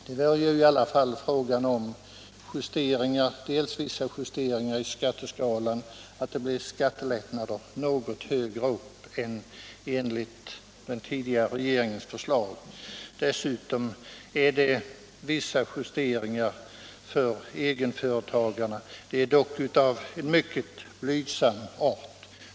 Det är i och för sig ett betydande belopp, men det rör sig ju ändå om dels skattelättnader något högre upp i skatteskalan än den tidigare regeringen föreslagit, dels vissa justeringar för egenföretagare; de är dock av mycket blygsam art.